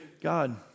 God